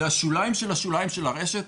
זה השוליים של השוליים של הרשת,